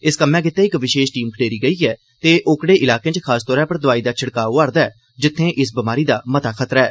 इस कम्मै गित्तै इक विशेष टीम खडेरी गेई ऐ ते ओकड़े इलाकें च खास तौरा पर दुआई दा छिड़काव होआ'रदा ऐ जित्थें इक बमारी दा खतरा मता ऐ